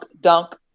dunk